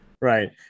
Right